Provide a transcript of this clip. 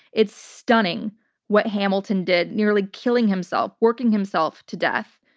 it's stunning what hamilton did, nearly killing himself, working himself to death,